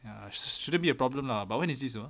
ya shouldn't be a problem lah but when is this ah